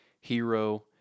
hero